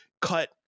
cut